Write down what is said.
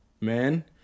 Man